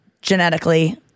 genetically